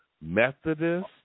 Methodist